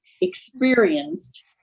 experienced